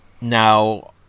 Now